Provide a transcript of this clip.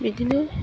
बिदिनो